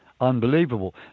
unbelievable